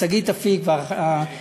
שגית אפיק ושלומית,